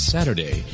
Saturday